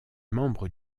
membre